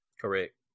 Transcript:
Correct